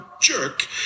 jerk